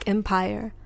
Empire